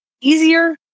easier